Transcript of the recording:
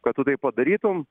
kad tu tai padarytum